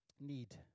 need